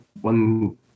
one